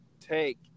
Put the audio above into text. take